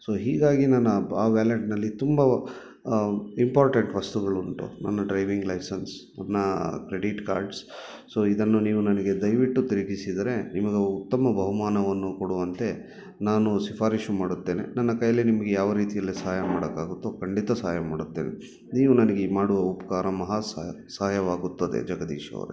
so ಹೀಗಾಗಿ ನನ್ನ ಆ ವ್ಯಾಲೆಟ್ನಲ್ಲಿ ತುಂಬ ಇಂಪಾರ್ಟೆಂಟ್ ವಸ್ತುಗಳುಂಟು ನನ್ನ ಡ್ರೈವಿಂಗ್ ಲೈಸೆನ್ಸ್ ನನ್ನ ಕ್ರೆಡಿಟ್ ಕಾರ್ಡ್ಸ್ ಸೊ ಇದನ್ನು ನೀವು ನನಗೆ ದಯವಿಟ್ಟು ತಿರುಗಿಸಿದರೆ ನಿಮಗೆ ಉತ್ತಮ ಬಹುಮಾನವನ್ನು ಕೊಡುವಂತೆ ನಾನು ಶಿಫಾರಿಷು ಮಾಡುತ್ತೇನೆ ನನ್ನ ಕೈಯಲ್ಲಿ ನಿಮಗೆ ಯಾವ ರೀತಿಯಲ್ಲಿ ಸಹಾಯ ಮಾಡಕ್ಕಾಗತ್ತೋ ಖಂಡಿತ ಸಹಾಯ ಮಾಡುತ್ತೇನೆ ನೀವು ನನಗೆ ಈಗ ಮಾಡುವ ಉಪಕಾರ ಮಹಾ ಸಹಾಯ ಸಹಾಯವಾಗುತ್ತದೆ ಜಗದೀಶ್ ಅವರೆ